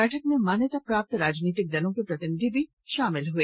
बैठक में मान्यता प्राप्त राजनीतिक दलों के प्रतिनिधि भी शामिल हुए